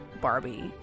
barbie